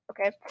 Okay